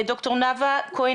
ד"ר נאוה כהן